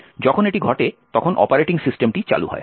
যখন এটি ঘটে তখন অপারেটিং সিস্টেমটি চালু হয়